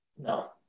No